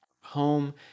home